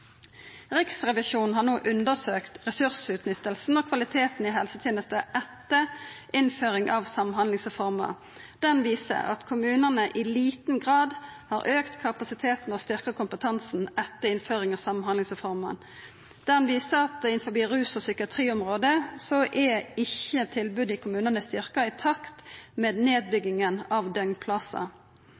Riksrevisjonen har no undersøkt ressursutnyttinga og kvaliteten i helsetenesta etter innføring av samhandlingsreforma. Den viser at kommunane i liten grad har auka kapasiteten og styrkt kompetansen etter innføringa av samhandlingsreforma. Den viser at innanfor rus- og psykiatriområdet er ikkje tilbodet i kommunane styrkt i takt med nedbygginga av